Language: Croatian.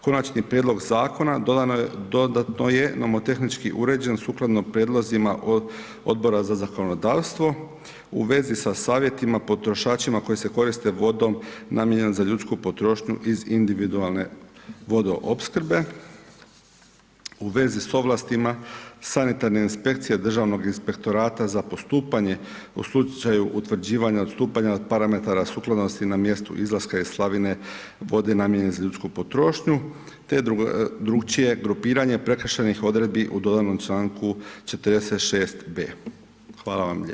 Konačni prijedlog zakona dodatno je nomotehnički uređen sukladno prijedlozima Odbora za zakonodavstvo u vezi sa savjetima potrošačima koji se koriste vodom namijenjenu za ljudsku potrošnju iz individualne vodoopskrbe u vezi s ovlastima sanitarne inspekcije Državnog inspektorata za postupanje u slučaju utvrđivanja odstupanja od parametara sukladnosti na mjestu izlaska iz slavine vode namijenjene za ljudsku potrošnju te drukčije grupiranje prekršajnih odredbi u dodanom Članku 46b. Hvala vam lijepa.